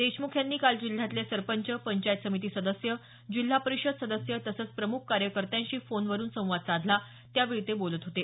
देशमुख यांनी काल जिल्ह्यातले सरपंच पंचायत समिती सदस्य जिल्हा परिषद सदस्य तसंच प्रमुख कार्यकर्त्यांशी फोनवरुन संवाद साधला त्यावेळी ते बोलत होते